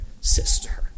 sister